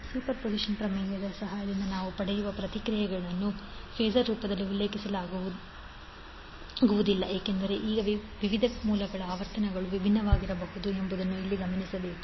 superposition ಪ್ರಮೇಯದ ಸಹಾಯದಿಂದ ನಾವು ಪಡೆಯುವ ಪ್ರತಿಕ್ರಿಯೆಗಳನ್ನು ಫಾಸರ್ ರೂಪದಲ್ಲಿ ಉಲ್ಲೇಖಿಸಲಾಗುವುದಿಲ್ಲ ಏಕೆಂದರೆ ಈಗ ವಿವಿಧ ಮೂಲಗಳ ಆವರ್ತನಗಳು ವಿಭಿನ್ನವಾಗಿರಬಹುದು ಎಂಬುದನ್ನು ಇಲ್ಲಿ ಗಮನಿಸಬೇಕು